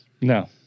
No